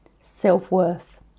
self-worth